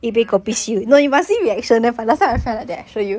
ya actually I think you s~